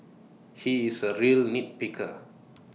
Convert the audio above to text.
he is A real nitpicker